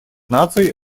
наций